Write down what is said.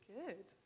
good